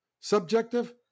subjective